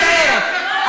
מצטערת,